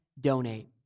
donate